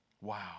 Wow